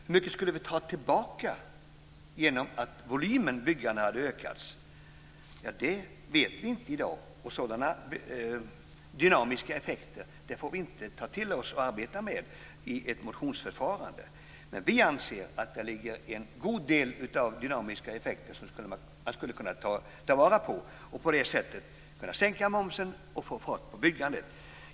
Hur mycket skulle vi ta tillbaka genom att volymen byggande hade ökat? Det vet vi inte i dag. Sådana dynamiska effekter får vi inte arbeta med i ett motionsförfarande. Men vi anser att det finns en god del dynamiska effekter som man skulle kunna ta vara på, och på det sättet kunde man sänka momsen och få fart på byggandet.